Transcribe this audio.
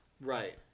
Right